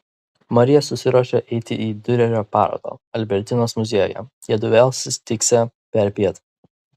marija susiruošė eiti į diurerio parodą albertinos muziejuje jiedu vėl susitiksią perpiet